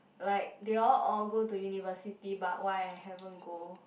like they all all go to university but why I haven't go